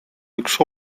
üks